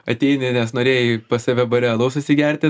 ateini nes norėjai pas save bare alaus atsigerti